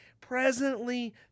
presently